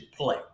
play